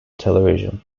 television